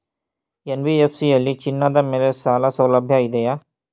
NBFC ಯಲ್ಲಿ ಚಿನ್ನದ ಮೇಲೆ ಸಾಲಸೌಲಭ್ಯ ಇದೆಯಾ?